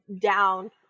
down